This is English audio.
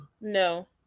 No